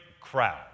crowd